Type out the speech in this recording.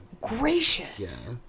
Gracious